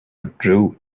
withdrew